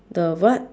the what